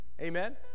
Amen